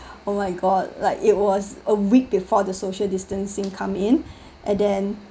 oh my god like it was a week before the social distancing come in and then